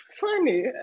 funny